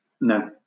No